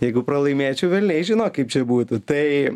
jeigu pralaimėčiau velniai žino kaip čia būtų tai